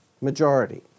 majority